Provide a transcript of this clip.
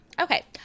Okay